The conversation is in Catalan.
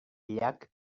llac